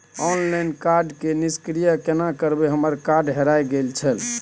Online card के निष्क्रिय केना करबै हमर कार्ड हेराय गेल छल?